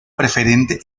preferente